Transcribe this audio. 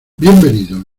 bienvenidos